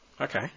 Okay